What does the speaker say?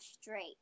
straight